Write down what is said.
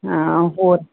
ਹਾਂ ਹੋਰ